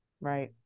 Right